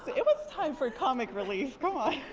it was time for comic relief come on.